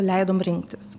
leidom rinktis